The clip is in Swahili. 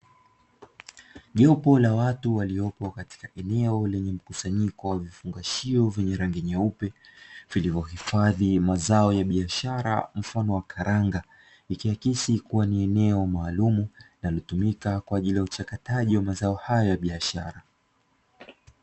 Jopo la watu waliopo katika eneo lenye mkusanyiko wa vifungashio vyenye rangi nyeupe vilivyohifadhi mazao ya biashara mfano wa karanga, ikiakisi kuwa ni eneo maalumu linalotumika kwa ajili ya uchakataji wa mazao hayo ya biashara.